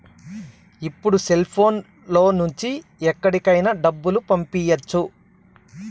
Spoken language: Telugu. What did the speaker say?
ఇప్పుడు సెల్ఫోన్ లో నుంచి ఎక్కడికైనా డబ్బులు పంపియ్యచ్చు